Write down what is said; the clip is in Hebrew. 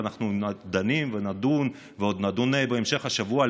ואנחנו דנים ועוד נדון בהם בהמשך השבוע.